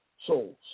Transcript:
souls